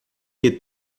que